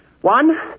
One